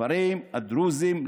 הכפרים הדרוזיים,